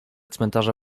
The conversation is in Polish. cmentarza